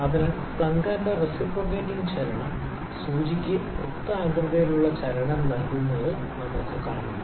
അതിനാൽ പ്ലംഗറിന്റെ റെസിപ്രോക്കേറ്റിങ് ചലനo സൂചിക്ക് വൃത്താകൃതിയിലുള്ള ചലനം നൽകുന്നത് നമുക്ക് കാണാം